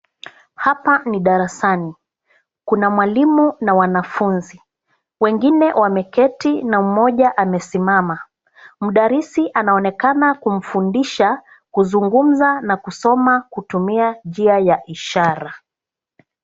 Hapa ni darasani, kuna mwalimu na wanafunzi. Wengine wameketi na mmoja amesimama. Mdarisi anaonekana kumfundisha kuzungumza na kusoma kutumia njia ya ishara.